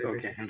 Okay